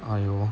!aiyo!